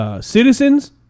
Citizens